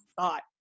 thought